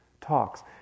talks